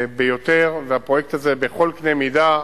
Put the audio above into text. ביותר, והפרויקט הזה, בכל קנה מידה,